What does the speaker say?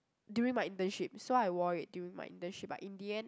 during my internship so I wore it during my internship but in the end